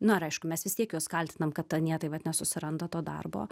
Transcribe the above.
na ir aišku mes vis tiek juos kaltinam kad anie tai vat nesusiranda to darbo